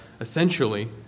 Essentially